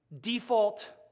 default